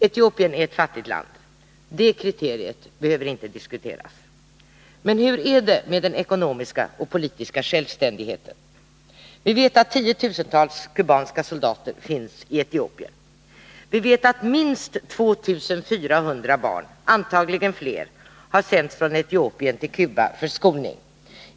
Etiopien är ett fattigt land. Det kriteriet behöver inte diskuteras. Men hur är det med den ekonomiska och politiska självständigheten? Vi vet att tiotusentals kubanska soldater finns i Etiopien. Vi vet att minst 2 400 barn, antagligen fler, har sänts från Etiopien till Cuba för skolning.